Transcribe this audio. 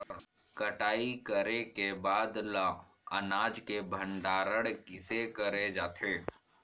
कटाई करे के बाद ल अनाज के भंडारण किसे करे जाथे?